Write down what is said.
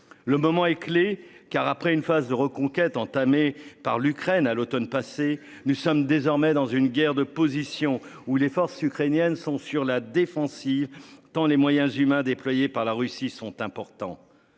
Le moment est clé car après une phase de reconquête entamée par l'Ukraine à l'Automne passé, nous sommes désormais dans une guerre de positions où les forces ukrainiennes sont sur la défensive tant les moyens humains déployés par la Russie sont importants.